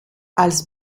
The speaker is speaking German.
als